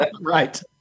Right